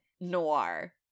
noir